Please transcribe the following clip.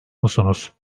musunuz